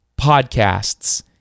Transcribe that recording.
podcasts